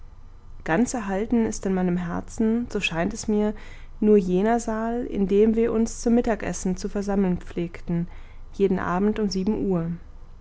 ganz erhalten ist in meinem herzen so scheint es mir nur jener saal in dem wir uns zum mittagessen zu versammeln pflegten jeden abend um sieben uhr